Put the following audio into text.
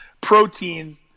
protein